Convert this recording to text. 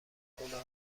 کلاه